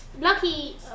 Lucky